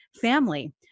family